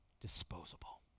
disposable